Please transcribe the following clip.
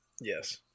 Yes